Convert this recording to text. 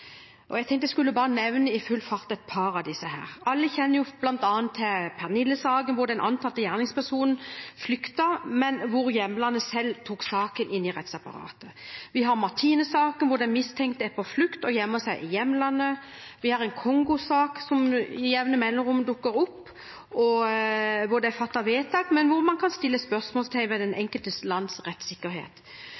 og jeg tenkte jeg i full fart skulle nevne et par av disse. Alle kjenner bl.a. til Pernille-saken, hvor den antatte gjerningspersonen flyktet, men hvor hjemlandet selv tok saken inn i rettsapparatet. Vi har Martine-saken, hvor den mistenkte er på flukt og gjemmer seg i hjemlandet. Vi har en Kongo-sak, som med jevne mellomrom dukker opp, hvor det er fattet vedtak, men hvor man kan sette spørsmålstegn ved det enkelte lands rettssikkerhet.